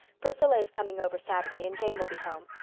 priscilla is coming over saturday and jane will be home.